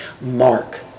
Mark